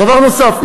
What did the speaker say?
דבר נוסף,